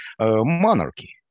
monarchy